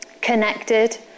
connected